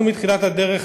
אנחנו מתחילת הדרך